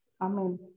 Amen